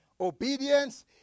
Obedience